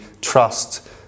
trust